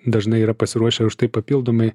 dažnai yra pasiruošę už tai papildomai